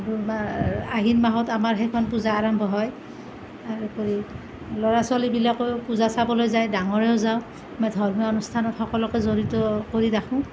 আহিন মাহত আমাৰ সেইখন পূজা আৰম্ভ হয় তাৰ উপৰি ল'ৰা ছোৱালীবিলাকে পূজা চাবলৈ যায় ডাঙৰেও যাওঁ বা ধৰ্মীয় অনুষ্ঠান সকলোকে জড়িত কৰি ৰাখোঁ